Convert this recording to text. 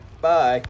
Bye